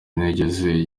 ntiyigeze